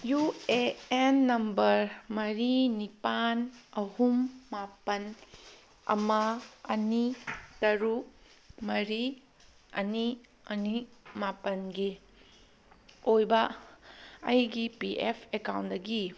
U A N number ꯃꯔꯤ ꯅꯤꯄꯥꯟ ꯑꯍꯨꯝ ꯃꯥꯄꯜ ꯑꯃ ꯑꯅꯤ ꯇꯔꯨꯛ ꯃꯔꯤ ꯑꯅꯤ ꯑꯅꯤ ꯃꯥꯄꯟꯒꯤ ꯑꯣꯏꯕ ꯑꯩꯒꯤ ꯄꯤ ꯑꯦꯐ ꯑꯦꯀꯥꯎꯟꯗꯒꯤ